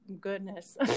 goodness